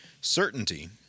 certainty